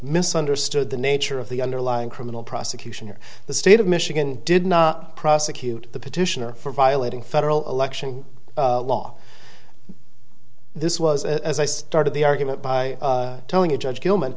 misunderstood the nature of the underlying criminal prosecution or the state of michigan did not prosecute the petitioner for violating federal election law this was as i started the argument by telling you judge gilman